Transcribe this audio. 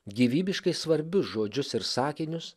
gyvybiškai svarbius žodžius ir sakinius